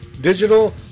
digital